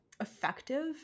effective